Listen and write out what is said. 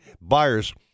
buyers